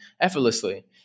effortlessly